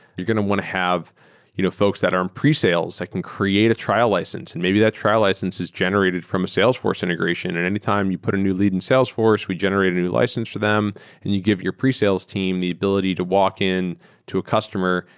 you're going to want to have you know folks that are in presale that can create a trial license, and maybe the trial license is generated from a salesforce integration. and anytime you put a new lead in salesforce, we generate a new license for them and you give your presales team the ability to walk in to a customer,